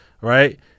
right